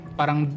parang